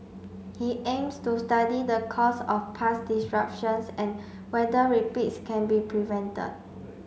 he aims to study the cause of past disruptions and whether repeats can be prevented